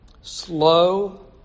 slow